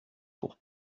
pour